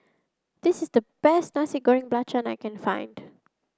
this is the best Nasi Goreng Belacan that I can find